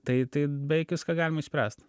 tai tai beveik viską galima išspręst